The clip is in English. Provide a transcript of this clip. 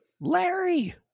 Larry